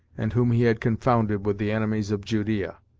and whom he had confounded with the enemies of judea.